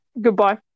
goodbye